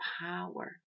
power